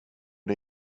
det